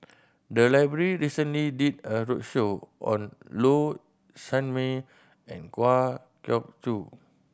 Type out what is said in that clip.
the library recently did a roadshow on Low Sanmay and Kwa Geok Choo